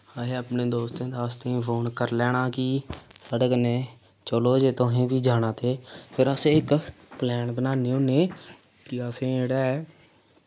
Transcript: असें अपने दोस्तें दास्तें फोन कर लैना कि साढ़े कन्नै चलो जे तुसें बी जाना ते फिर अस इक प्लैन बनाने होने कि असें जेह्ड़ा ऐ